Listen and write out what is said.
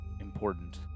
important